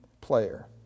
player